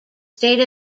state